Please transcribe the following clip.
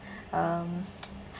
um